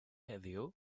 heddiw